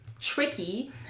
tricky